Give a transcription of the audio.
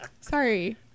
Sorry